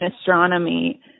astronomy